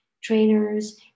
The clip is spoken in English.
trainers